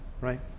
right